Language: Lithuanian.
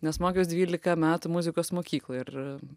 nes mokiaus dvylika metų muzikos mokykloj ir